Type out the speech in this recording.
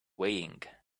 weighting